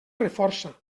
reforça